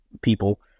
people